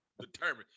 Determined